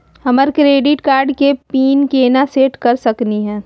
हमर credit card के pin केना सेट कर सकली हे?